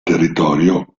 territorio